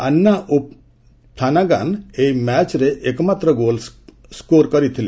Anna O'Flanagan ଏହି ମ୍ୟାଚ୍ରେ ଏକ ମାତ୍ର ଗୋଲ୍ ସ୍କୋର କରିଥିଲେ